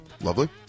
Lovely